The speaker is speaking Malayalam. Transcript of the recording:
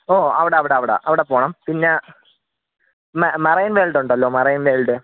ഓ അവിടെ അവിടെ അവിടെ അവിടെ പോവണം പിന്നെ മ മറൈൻ വേൾഡ് ഉണ്ടല്ലോ മറൈൻ വേൾഡ്